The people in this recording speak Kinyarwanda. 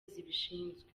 zibishinzwe